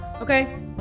Okay